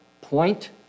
point